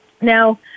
Now